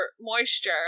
moisture